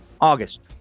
August